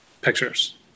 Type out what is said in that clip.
pictures